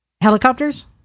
Helicopters